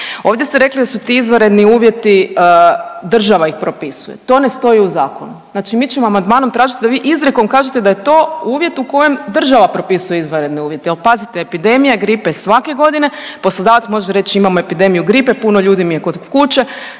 Ovdje ste rekli da su ti izvanredni uvjeti, država ih propisuje. To ne stoji u zakonu. Znači mi ćemo amandmanom tražiti da vi izrijekom kažete da je to uvjet u kojem država propisuje izvanredne uvjete jer pazite, epidemija gripe je svake godine, poslodavac može reći, imamo epidemiju gripe, puno ljudi mi je kod kuće,